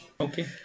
Okay